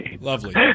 lovely